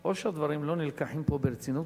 או שהדברים לא נלקחים פה ברצינות,